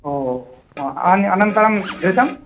ओ खानि अनन्तरं घृतं